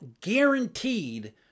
guaranteed